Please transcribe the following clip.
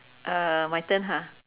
uh my turn ha